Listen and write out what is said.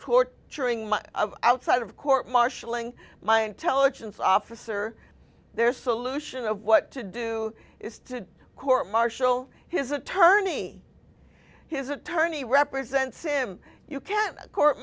my outside of court martialing my intelligence officer their solution of what to do is to court martial his attorney his attorney represents him you can't court